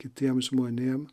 kitiem žmonėm